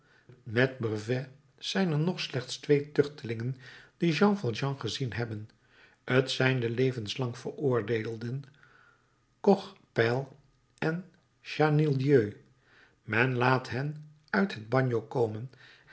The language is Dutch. met brevet zijn er nog slechts twee tuchtelingen die jean valjean gezien hebben t zijn de levenslang veroordeelden cochepaille en chenildieu men laat hen uit het bagno komen